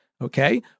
okay